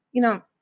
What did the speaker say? you know.